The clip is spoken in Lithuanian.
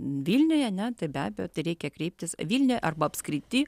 vilniuje ne tai be abejo reikia kreiptis vilniuje arba apskrity